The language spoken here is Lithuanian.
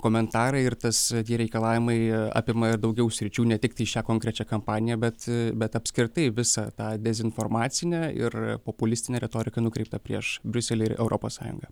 komentarai ir tas tie reikalavimai apima ir daugiau sričių ne tiktai šią konkrečią kampaniją bet bet apskritai visą tą dezinformacinę ir populistinę retoriką nukreiptą prieš briuselį ir europos sąjungą